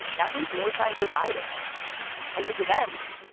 that means more time for biden and his events.